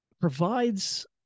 provides